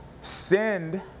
send